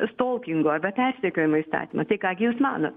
stolkingo arba persekiojimo įstatymą tai ką gi jūs manot